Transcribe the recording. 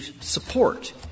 support